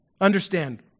Understand